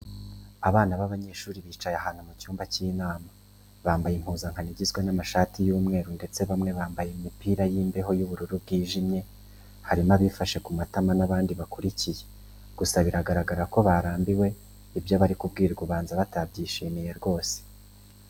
Abana b'abanyeshuri bicaye ahantu mu cyumba cy'inama, bambaye impuzankano igizwe n'amashati y'umweru ndetse bamwe bambaye imipira y'imbeho y'ubururu bwijimye, harimo abifashe ku matama n'abandi bakurikiye, gusa bigaragara ko barambiwe ibyo bari kubwirwa ubanza batabyishimiye rwose.